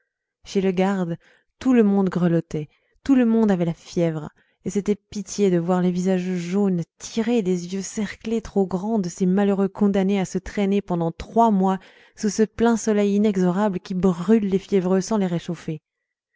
chez le garde tout le monde grelottait tout le monde avait la fièvre et c'était pitié de voir les visages jaunes tirés les yeux cerclés trop grands de ces malheureux condamnés à se traîner pendant trois mois sous ce plein soleil inexorable qui brûle les fiévreux sans les réchauffer